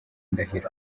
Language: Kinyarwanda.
ndahiro